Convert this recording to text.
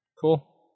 Cool